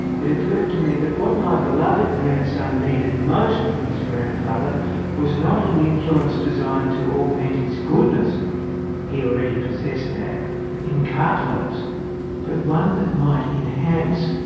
it occurred to me that what my beloved grandson needed most from his grandfather was not an influence designed to augment his goodness he already possessed that in cart-loads but one that might enhance,